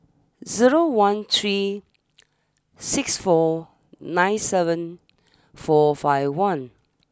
zero one three six four nine seven four five one